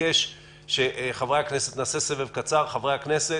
נעשה סבב קצר של חברי הכנסת.